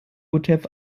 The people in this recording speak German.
utf